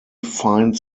fine